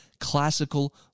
Classical